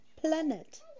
Planet